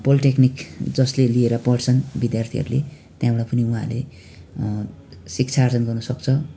polytechnic जसले लिएर पढ्छन् विद्यार्थीहरूले त्यहाँबाट पनि उहाँले शिक्षा आर्जन गर्न सक्छ